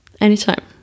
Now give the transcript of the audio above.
Anytime